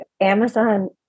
Amazon